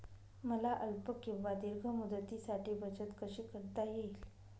मला अल्प किंवा दीर्घ मुदतीसाठी बचत कशी करता येईल?